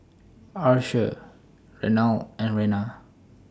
Archer Renard and Rena